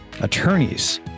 attorneys